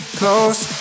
close